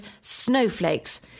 SNOWFLAKES